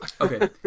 Okay